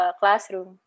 classroom